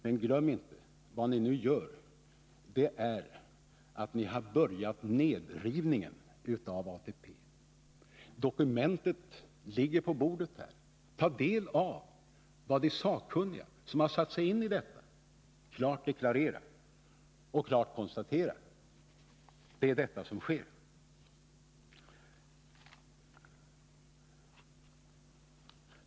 Men glöm inte att vad ni nu gör är att ni har börjat nedrivningen av ATP —- dokumenten ligger på bordet. Ta del av vad de sakkunniga, som har satt sig in i detta, klart deklarerar: Det är vad som sker.